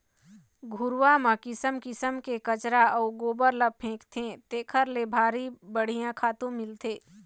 घुरूवा म किसम किसम के कचरा अउ गोबर ल फेकथे तेखर ले भारी बड़िहा खातू मिलथे